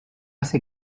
ces